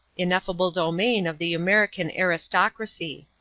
ineffable domain of the american aristocracy.